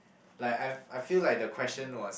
like I've I feel like the question was